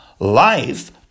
life